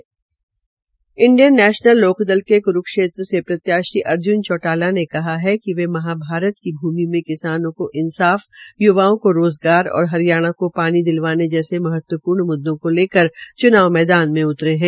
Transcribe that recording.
उनका Indian National Lokdal के क्रूक्षेत्र से प्रत्याशी अर्ज्न चौटाला ने कहा कि वे महाभारत की भूमि में किसानें को इंसाफ युवाओं को रोज़गार और हरियाणा को पानी दिलवाने जैसे महत्वपूर्ण मुद्दों को लेकर च्नाव मैदान में उतरे है